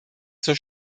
zur